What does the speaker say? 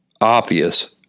obvious